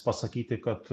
pasakyti kad